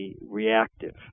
reactive